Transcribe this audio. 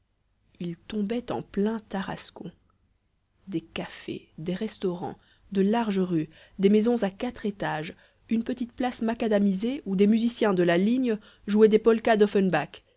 il tombait en plein tarascon des cafés des restaurants de larges rues des maisons à quatre étages une petite place macadamisée où des musiciens de la ligne jouaient des polkas d'offenbach